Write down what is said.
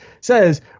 says